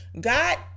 God